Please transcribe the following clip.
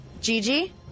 Gigi